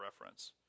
reference